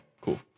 cool